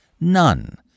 None